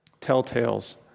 telltales